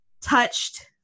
touched